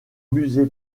musée